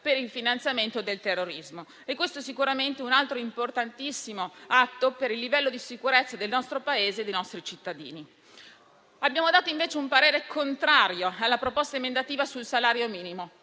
per il finanziamento del terrorismo. Questo sicuramente è un altro importantissimo atto per il livello di sicurezza del nostro Paese e dei nostri cittadini. Abbiamo espresso invece un parere contrario alla proposta emendativa sul salario minimo